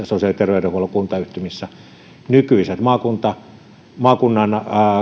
sosiaali ja terveydenhuollon kuntayhtymissä nykyiset maakunnan ja